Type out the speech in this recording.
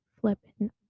flipping